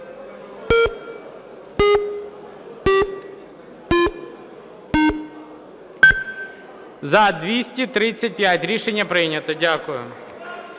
За-235 Рішення прийнято. Дякую.